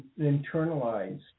internalized